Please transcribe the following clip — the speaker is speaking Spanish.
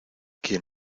quien